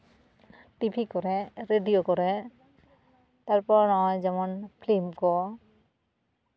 TV ᱠᱚᱨᱮᱜ radio ᱠᱚᱨᱮᱜ ᱛᱟᱨᱯᱚᱨᱮ ᱱᱚᱜᱼᱚᱭ ᱡᱮᱢᱚᱱ ᱯᱷᱤᱞᱤᱢ ᱠᱚ